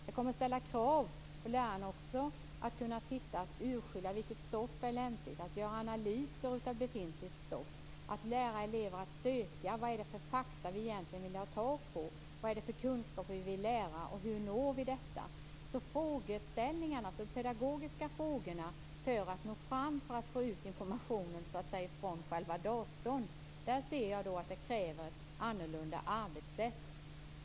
Det kommer att ställa krav på lärarna när det gäller att kunna urskilja vilket stoff som är lämpligt och när det gäller att göra analyser av befintligt stoff. Det gäller att lära elever att söka. Vad är det egentligen för fakta vi vill ha tag på? Vad är det för kunskap vi vill få, och hur når vi den? Det gäller vilken pedagogik man skall använda för att nå fram och för att få ut informationen från själva datorn. Där ser jag att det krävs ett annorlunda arbetssätt.